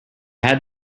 had